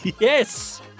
yes